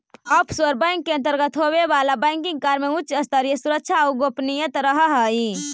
offshore bank के अंतर्गत होवे वाला बैंकिंग कार्य में उच्च स्तरीय सुरक्षा आउ गोपनीयता रहऽ हइ